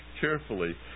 carefully